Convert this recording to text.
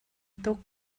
tuk